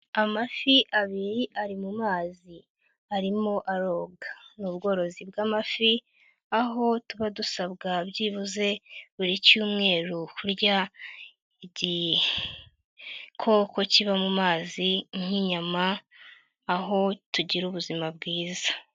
Amafi abiri ari mu mazi arimo aroga, ni ubworozi bw'amafi aho tuba dusabwa byibuze buri cyumweru kurya igikoko kiba mu mazi nk'inyama, aho tugira ubuzima bwiza.